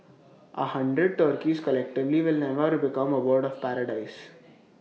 A hundred turkeys collectively will never become A bird of paradise